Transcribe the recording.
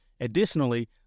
Additionally